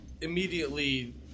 immediately